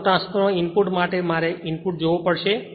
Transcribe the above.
autotransformer input માટે મારે input જોવો પડશે